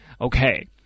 okay